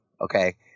okay